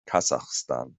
kasachstan